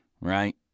right